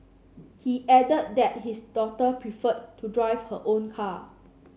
he added that his daughter preferred to drive her own car